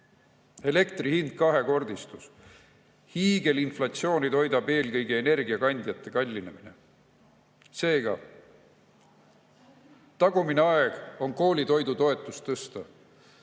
Elektri hind on kahekordistunud. Hiigelinflatsiooni toidab eelkõige energiakandjate kallinemine. Seega, tagumine aeg on koolitoidutoetust tõsta.